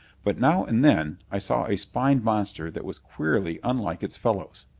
but now and then i saw a spined monster that was queerly unlike its fellows.